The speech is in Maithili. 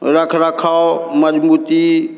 रखरखाव मजबूती